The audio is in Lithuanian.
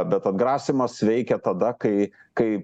bet atgrasymas veikia tada kai kai